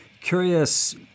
curious